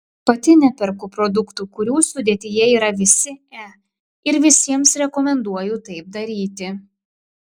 pati neperku produktų kurių sudėtyje yra visi e ir visiems rekomenduoju taip daryti